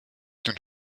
den